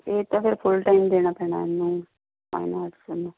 ਇਹ ਤਾਂ ਫਿਰ ਫੁੱਲ ਟਾਈਮ ਦੇਣਾ ਪੈਣਾ ਇਹਨੂੰ ਫਾਈਨ ਆਰਟਸ ਨੂੰ